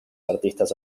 artistas